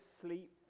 sleep